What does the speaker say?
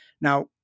Now